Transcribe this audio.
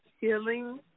Healing